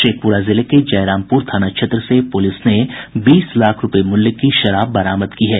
शेखपुरा जिले के जयरामपुर थाना क्षेत्र से पुलिस ने बीस लाख रूपये मूल्य की शराब बरामद की है